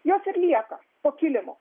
jos ir lieka po kilimu